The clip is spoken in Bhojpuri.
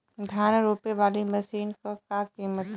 धान रोपे वाली मशीन क का कीमत बा?